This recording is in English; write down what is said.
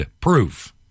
proof